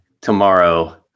tomorrow